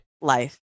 life